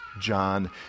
John